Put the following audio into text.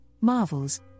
marvels